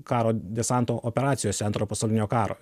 karo desanto operacijose antro pasaulinio karo